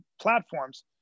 platforms